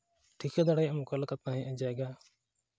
ᱴᱷᱤᱠᱟᱹ ᱫᱟᱲᱮᱭᱟᱜ ᱟᱢ ᱚᱠᱟ ᱞᱮᱠᱟ ᱛᱟᱦᱮᱸᱫᱼᱟ ᱡᱟᱭᱜᱟ